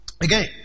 Again